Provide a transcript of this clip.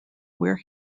where